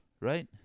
right